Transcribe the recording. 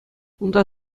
унта